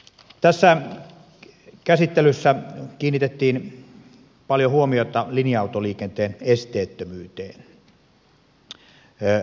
tässä käsittelyssä kiinnitettiin paljon huomiota linja autoliikenteen esteettömyyteen